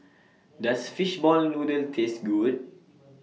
Does Fishball Noodle Taste Good